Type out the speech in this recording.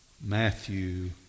Matthew